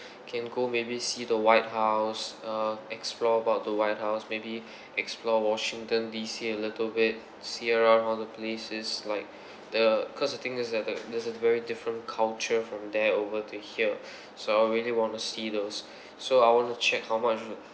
can go maybe see the white house uh explore about the white house maybe explore washington D_C a little bit see around all the places like the cause the thing is that the there's a very different culture from there over to here so I really want to see those so I want to check how much